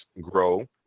grow